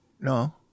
No